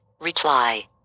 reply